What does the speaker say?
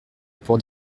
pour